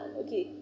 okay